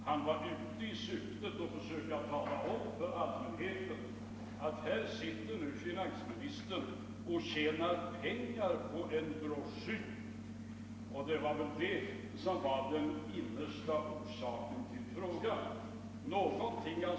Han var ute i syfte att tala om för allmänheten att här tjänar finansministern pengar på en bro schyr — det var den innersta orsaken till frågan.